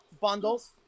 bundles